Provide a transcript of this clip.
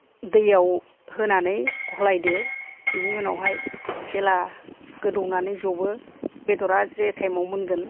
दैयाव होनानै गलायदो बिनि उनावहाय जेब्ला गोदौनानै जबो बेदरा जे टाइमाव मोनगोन